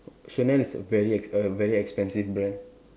Chanel is a very err very expensive brand